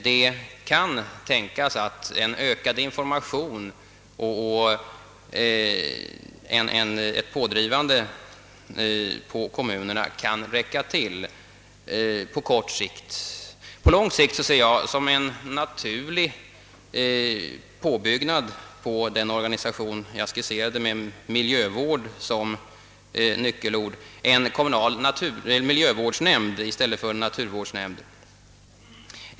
Det kan tänkas att en ökad information och ett pådrivande av kommunerna är tillräckligt på kort sikt, På lång sikt ser jag som en naturlig påbyggnad på den organisation jag skisserade med »miljövård» som nyckelord: en miljövårdsnämnd i stället för en naturvårdsnämnd.